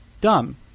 dumb